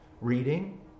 reading